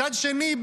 מצד שני,